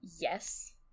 Yes